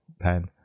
pen